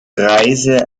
reise